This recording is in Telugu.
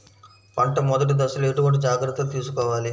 పంట మెదటి దశలో ఎటువంటి జాగ్రత్తలు తీసుకోవాలి?